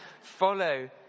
follow